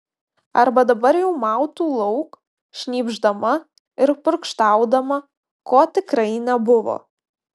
arba dabar jau mautų lauk šnypšdama ir purkštaudama ko tikrai nebuvo